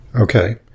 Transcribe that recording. Okay